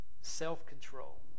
self-control